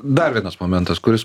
dar vienas momentas kuris